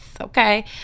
okay